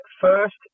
first